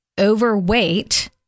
overweight